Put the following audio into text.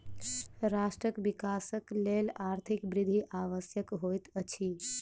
राष्ट्रक विकासक लेल आर्थिक वृद्धि आवश्यक होइत अछि